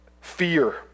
fear